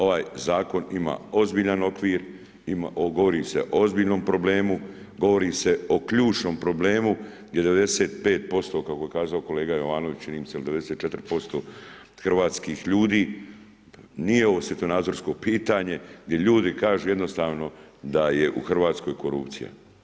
Ovaj Zakon ima ozbiljan okvir, govori se o ozbiljnom problemu, govori se o ključnom problemu gdje 95%, kako je kazao kolega Jovanović, čini mi se, ili 94% hrvatskih ljudi, nije ovo svjetonazorsko pitanje gdje ljudi kažu jednostavno da je u RH korupcija.